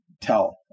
tell